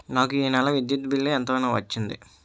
నాకు ఈ నెల విద్యుత్ బిల్లు ఎంత వచ్చింది?